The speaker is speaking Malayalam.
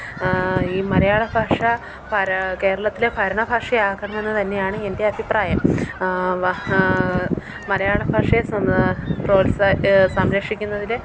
ഈ മലയാള ഭാഷ ഫര കേരളത്തിലെ ഭരണ ഭാഷ ആക്കണമെന്നു തന്നെയാണ് എൻറ്റെ അഭിപ്രായം വ മലയാള ഭാഷയെ സമ്മ പ്രോത്സ സംരക്ഷിക്കുന്നതിൽ